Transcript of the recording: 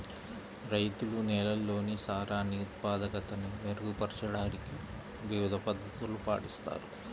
రైతులు నేలల్లోని సారాన్ని ఉత్పాదకతని మెరుగుపరచడానికి వివిధ పద్ధతులను పాటిస్తారు